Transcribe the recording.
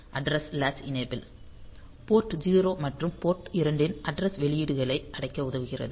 address latch enable port 0 மற்றும் port 2 இன் address வெளியீடுகளை அடைக்க உதவுகிறது